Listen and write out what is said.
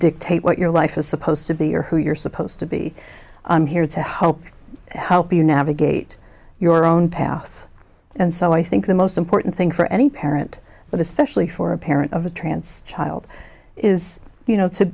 what your life is supposed to be or who you're supposed to be i'm here to hope help you navigate your own path and so i think the most important thing for any parent but especially for a parent of a trance child is you know to